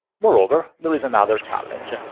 moreover, there is another challenge.